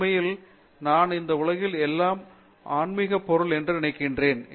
உண்மையில் நான் இந்த உலகில் எல்லாம் ஆன்மீக பொருள் ஒன்று சொல்கிறேன்